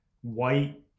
white